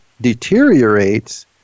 deteriorates